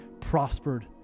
prospered